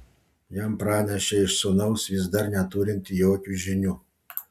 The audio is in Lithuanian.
jam pranešė iš sūnaus vis dar neturinti jokių žinių